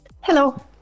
Hello